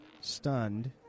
stunned